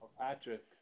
Patrick